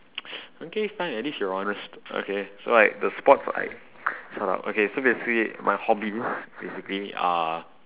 okay fine at least you're honest okay so like the sports I shut up okay so basically my hobbies basically are